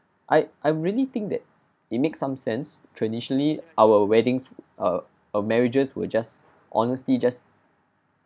I I really think that it makes some sense traditionally our weddings err our marriages were just honestly just